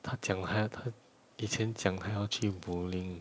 她讲她她以前讲她要去 bowling